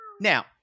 Now